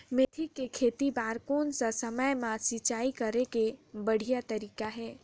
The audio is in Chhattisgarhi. मेथी के खेती बार कोन सा समय मां सिंचाई करे के बढ़िया तारीक हे?